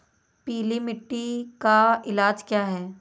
पीली मिट्टी का इलाज क्या है?